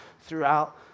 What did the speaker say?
throughout